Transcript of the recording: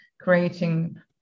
creating